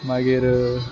मागीर